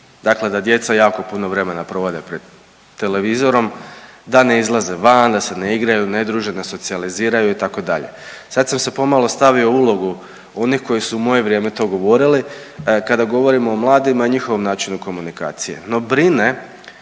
dakle da djeca jako puno vremena provode pred televizorom, da ne izlaze van, da se ne igraju, ne druže, ne socijaliziraju itd. Sad sam se pomalo stavio u ulogu onih koji su u moje vrijeme to govorili. Kada govorimo o mladima i njihovom načinu komunikacije,